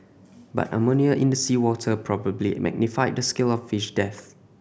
but ammonia in the seawater probably magnified the scale of fish deaths